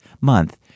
month